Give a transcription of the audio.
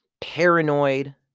paranoid